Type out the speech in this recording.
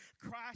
Christ